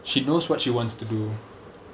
she knows what she wants to do